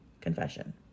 confession